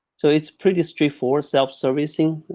so it's pretty straight forward, self servicing,